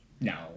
no